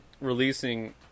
releasing